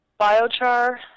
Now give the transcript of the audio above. biochar